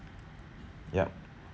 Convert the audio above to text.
yup